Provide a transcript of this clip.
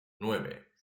nueve